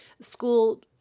school